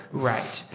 right.